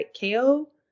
KO